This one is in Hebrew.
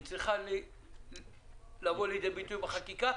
היא צריכה לבוא לידי ביטוי בחקיקה,